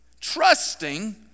trusting